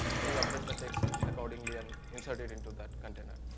and you update the text accordingly and insert it into that container.